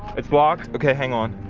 it' locked? okay hang on,